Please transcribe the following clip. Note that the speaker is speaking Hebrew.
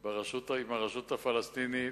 עם הרשות הפלסטינית.